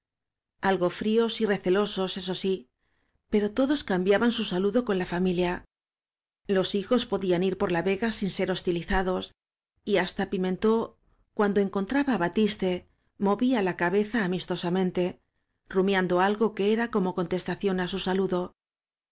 algo fríos y recelosos eso sí pero todos cambiaban su saludo con la familia los hijos podían ir por la vega sin ser hostilizados y hasta pimentó cuando encontraba á batiste movía la cabeza amistosamente j rumiando aleo que era como contestación á su saludo